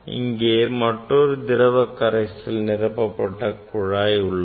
இங்கே மற்றொரு திரவ கரைசல் நிரப்பப்பட்ட குழாய் உள்ளது